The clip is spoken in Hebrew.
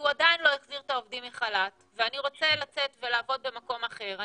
והוא עדיין לא החזיר את העובדים מחל"ת ואני רוצה לצאת ולעבוד במקום אחר,